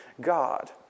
God